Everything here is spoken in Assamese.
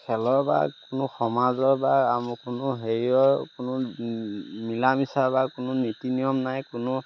খেলৰ বা কোনো সমাজৰ বা আমুক কোনো হেৰিয়ৰ কোনো মিলা মিচা বা কোনো নীতি নিয়ম নাই কোনো